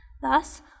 Thus